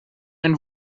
ein